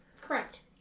Correct